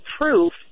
proof